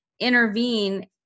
intervene